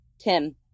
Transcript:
Tim